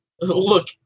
look